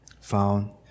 found